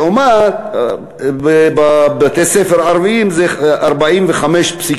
לעומת בתי-ספר ערביים, שזה 45.2,